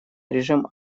режим